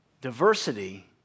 diversity